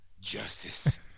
Justice